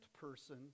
person